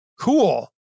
cool